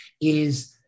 is-